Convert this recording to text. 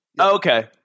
Okay